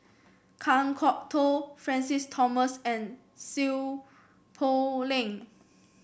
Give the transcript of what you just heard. Kan Kwok Toh Francis Thomas and Seow Poh Leng